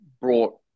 brought